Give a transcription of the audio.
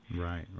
Right